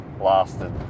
lasted